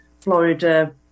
Florida